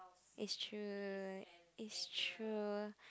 it should it's true